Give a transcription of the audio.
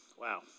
wow